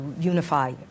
unify